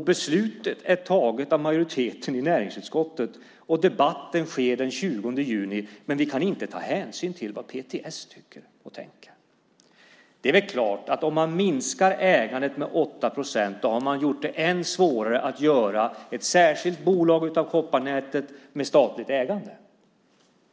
beslutet är taget av en majoritet i näringsutskottet och debatten sker den 20 juni, men vi kan inte ta hänsyn till vad PTS tycker och tänker! Om man minskar ägandet med 8 procent har man gjort det än svårare att göra ett särskilt bolag av kopparnätet med statligt ägande.